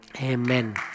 Amen